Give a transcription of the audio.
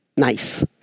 nice